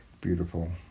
beautiful